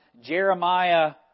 Jeremiah